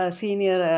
senior